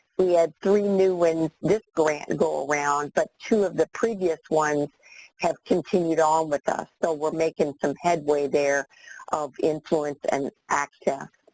we had three new ones this grant go around, but two of the previous one have continued on with us, so we're making some headway there of influence and access.